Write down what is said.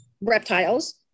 reptiles